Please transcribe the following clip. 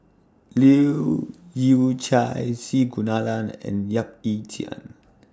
Leu Yew Chye C Kunalan and Yap Ee Chian